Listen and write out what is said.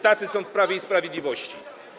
Tacy są w Prawie i Sprawiedliwości.